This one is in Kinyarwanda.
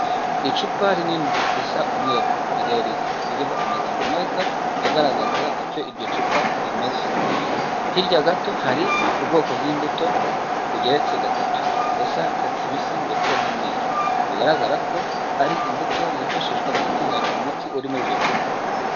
Icupa rinini risa umweru rirerire, ririho amagambo meza agaragaza icyo iryo cupa rimeze, hirya gato hari ubwoko bw'imbuto bugeretse gatatu busa icyatsi kibisi ndetse n'umweru, bigaragara ko ari imbuto zifashishwa mu gutunganya umuti uri muri iryo cupa.